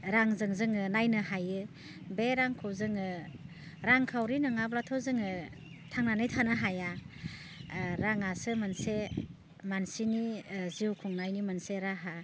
रांजों जोङो नायनो हायो बे रांखौ जोङो रांखावरि नङाब्लाथ' जाङो थांनानै थानो हाया राङासो मोनसे मानसिनि जिउ खुंनायनि मोनसे राहा